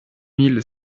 mille